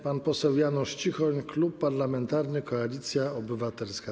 Pan poseł Janusz Cichoń, Klub Parlamentarny Koalicja Obywatelska.